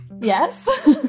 Yes